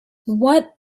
what